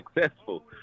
successful